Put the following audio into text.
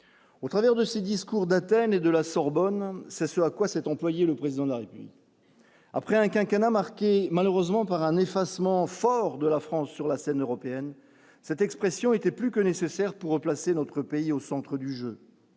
au travers de ses discours d'Athènes et de la Sorbonne, c'est ce à quoi s'est employé, le président de la après un quinquennat marqué malheureusement par un effacement, fort de la France sur la scène européenne, cette expression était plus que nécessaire pour remplacer notre pays au centre du jeu.